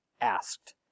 Asked